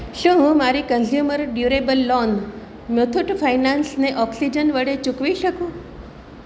શું હું મારી consumer durable loan Muthoot Finance ને ઓક્સિજન વળે ચૂકવી શકું